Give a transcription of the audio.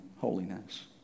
holiness